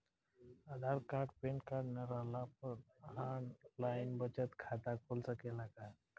आधार card PAN card न रहला पर आन लाइन बचत खाता खुल सकेला का?